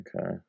okay